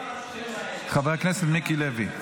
חבר הכנסת מיקי לוי.